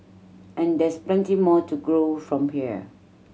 and there's plenty more to grow from here